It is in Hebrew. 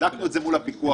כשבדקנו מול הפיקוח